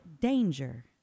danger